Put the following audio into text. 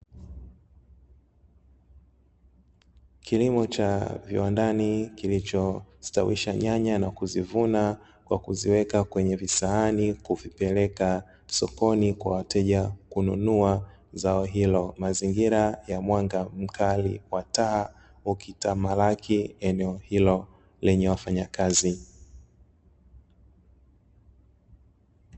Kilimo cha viwandani kilichostawisha nyanya na kuzivuna kwa kuviweka kwenye visahani kuvipeleka sokoni kwa wateja kununua zao hilo. Mazingira ya mwanga mkali wa taa ukitamalaki eneo hilo lenye wafanyakazi.